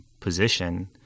position